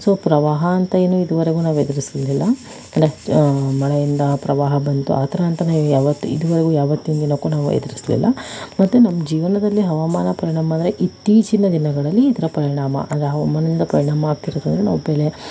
so ಪ್ರವಾಹ ಅಂತ ಏನು ಇದುವರೆಗು ನಾವು ಎದುರಿಸಿರಲಿಲ್ಲ ಮಳೆಯಿಂದ ಪ್ರವಾಹ ಬಂತು ಆ ಥರ ಅಂತ ನಾವು ಯಾವತ್ತು ಇದುವರೆಗೂ ಯಾವತ್ತಿನ ದಿನಕ್ಕೂ ನಾವು ಎದುರಿಸಲಿಲ್ಲ ಮತ್ತೆ ನಮ್ಮ ಜೀವನದಲ್ಲಿ ಹವಾಮಾನ ಪರಿಣಾಮ ಅಂದರೆ ಇತ್ತೀಚಿನ ದಿನಗಳಲ್ಲಿ ಇದರ ಪರಿಣಾಮ ಅಂದರೆ ಹವಾಮಾನದಿಂದ ಪರಿಣಾಮ ಆಗ್ತಿರೋದು ಅಂದರೆ ನಾವು ಬೆಳೆ